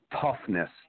Toughness